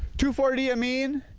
two four d amine.